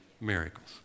miracles